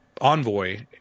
Envoy